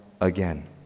again